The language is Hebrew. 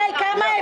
מה השיחה?